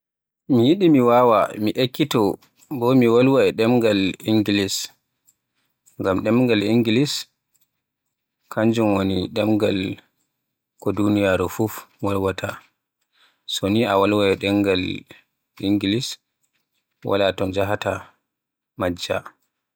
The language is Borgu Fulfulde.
Mi yiɗi mi wawa MI ekkito mi wolwa e demgal Inngilis, ngam demgal Inngilis kanjum woni demgal ko duniyaaru fuf wolwaata. So ni a nana demgal Inngilis Wala to njaahata majja.